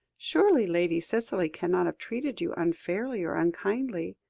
surely lady cicely cannot have treated you unfairly or unkindly?